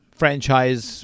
franchise